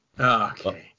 okay